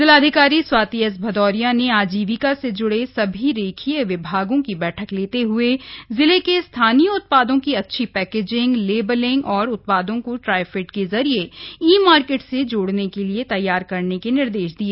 जिलाधिकारी स्वाति एस भदौरिया ने आजीविका से जुड़े सभी रेखीय विभागों की बैठक लेते हए जिले के स्थानीय उत्पादों की अच्छी पैंकेजिंग लेबलिंग और उत्पादों को ट्राइफेड के जरिए ई मार्केट से जोड़ने के लिए तैयार करने के निर्देश दिए